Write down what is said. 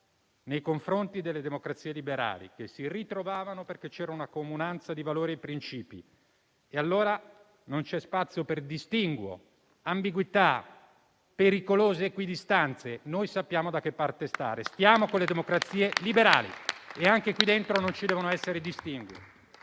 nei confronti delle democrazie liberali che si ritrovavano per una comunanza di valori e principi. Non c'è spazio allora per distinguo, ambiguità e pericolose equidistanze. Noi sappiamo da che parte stare. Stiamo con le democrazie liberali e anche qui dentro non ci devono essere distinguo.